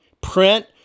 print